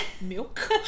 milk